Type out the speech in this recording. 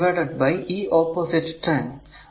അത് divided by ഈ opposite term